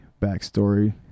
backstory